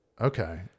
okay